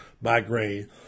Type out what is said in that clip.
migraine